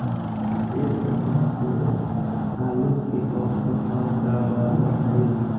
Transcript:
एक सप्ताह से आलू के औसत भाव का बा बताई?